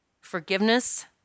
forgiveness